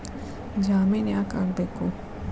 ಜಾಮಿನ್ ಯಾಕ್ ಆಗ್ಬೇಕು?